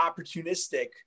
opportunistic